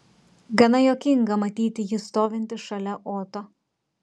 gana juokinga matyti jį stovintį šalia oto